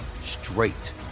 straight